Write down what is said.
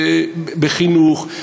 בחינוך,